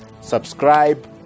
Subscribe